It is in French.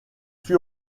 fut